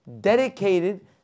dedicated